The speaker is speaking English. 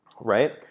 right